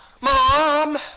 mom